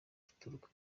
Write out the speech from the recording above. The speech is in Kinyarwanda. ruturuka